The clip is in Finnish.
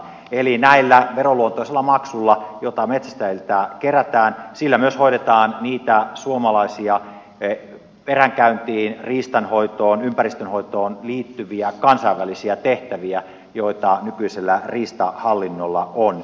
eli näillä veroluontoisilla maksuilla joita metsästäjiltä kerätään hoidetaan myös niitä suomalaisia eränkäyntiin riistanhoitoon ja ympäristönhoitoon liittyviä kansainvälisiä tehtäviä joita nykyisellä riistahallinnolla on